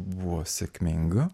buvo sėkminga